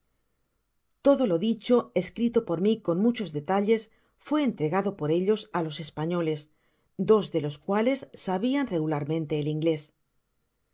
todo lo dicho escrito por mi con muchos detalles fué entregado por ellos á los españoles dos de los cuales sabian regularmente el inglés